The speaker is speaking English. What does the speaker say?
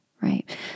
right